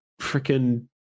freaking